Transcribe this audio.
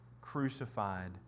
crucified